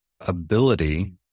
ability